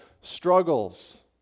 struggles